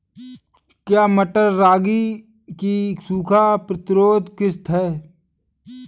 क्या मटर रागी की सूखा प्रतिरोध किश्त है?